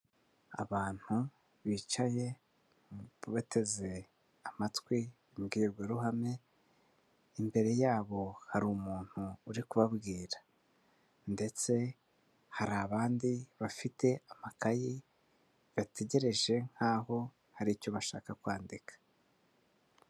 Abantu bicaye bateze amatwi imbwirwaruhame, imbere yabo hari umuntu uri kubabwira. Ndetse hari abandi bafite amakayi, bategereje, nk'aho hari icyo bashaka kwandika.